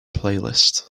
playlist